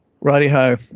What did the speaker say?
Righty-ho